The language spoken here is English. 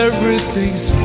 Everything's